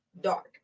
dark